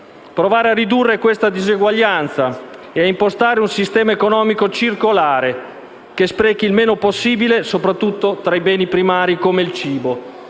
provare a ridurre questa diseguaglianza e ad impostare un sistema economico circolare, che sprechi il meno possibile, soprattutto tra i beni primari come il cibo.